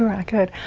i could.